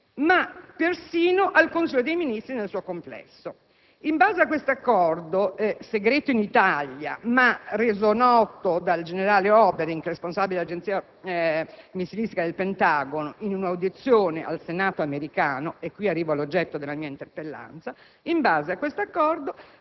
ma persino al Consiglio dei ministri. In base a questo accordo, segreto in Italia, ma reso noto dal generale Obering (responsabile dell'Agenzia missilistica del Pentagono) in un'audizione al Senato americano (e arrivo all'oggetto della mia interpellanza), aziende di